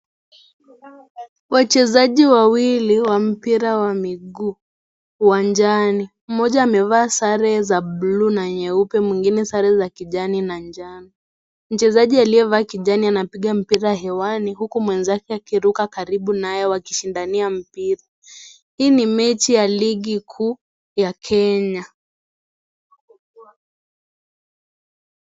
wachezaji wawili wa mpira wa miguu uwanjani mmoja amevaa sare za buluu na nyeupe na mwingine sare za kijani na njano. Mchezaji aliyevaa kijani anapiga mpira hewani huku mwenzake akiruka karibu naye wakishindania mpira. Hii ni mechi ya ligi kuu ya Kenya.